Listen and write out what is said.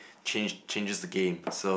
change changes the game